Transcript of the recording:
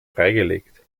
freigelegt